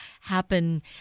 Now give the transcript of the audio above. happen